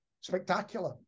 spectacular